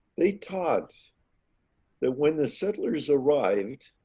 they taught that when the settlers arrived,